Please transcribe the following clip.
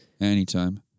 anytime